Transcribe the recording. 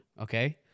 Okay